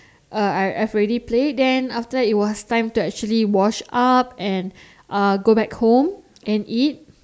uh I I've already played then after that it was time to actually wash up and uh go back home and eat